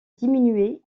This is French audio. diminuer